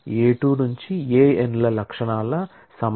A n అట్ట్రిబ్యూట్ల సమాహారం